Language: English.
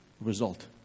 result